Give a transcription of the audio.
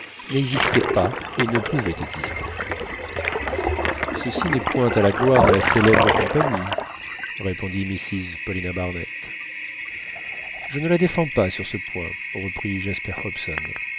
n'existait pas et ne pouvait exister ceci n'est point à la gloire de la célèbre compagnie répondit mrs paulina barnett je ne la défends pas sur ce point reprit jasper hobson